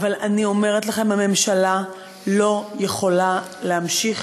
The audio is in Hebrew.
אבל אני אומרת לכם: הממשלה לא יכולה להמשיך